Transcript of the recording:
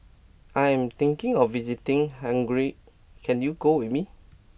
I am thinking of visiting Hungary can you go with me